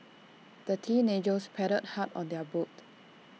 the teenagers paddled hard on their boat